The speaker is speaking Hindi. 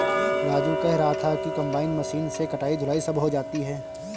राजू कह रहा था कि कंबाइन मशीन से कटाई धुलाई सब हो जाती है